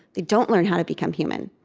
they don't learn how to become human.